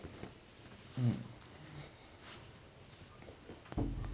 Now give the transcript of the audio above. mm